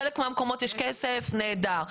בחלק מהמקומות יש כסף, נהדר.